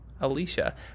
Alicia